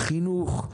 חינוך,